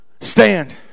stand